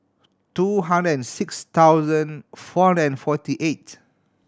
two hundred and six thousand four hundred and forty eight